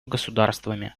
государствами